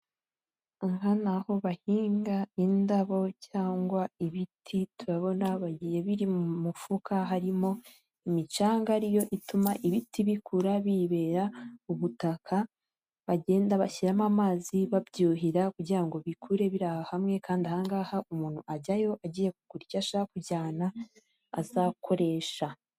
Aha ni aho bahinga indabo cyangwa ibiti. Turabona bagiye biri mu mufuka. Harimo imicanga, ari yo ituma ibiti bikura bibera ubutaka. Bagenda bashyiramo amazi babyuhira, kugira ngo bikure biri hamwe, kandi aha ngaha umuntu ajyayo agiye kurya, ashaka kujyana azakoresha.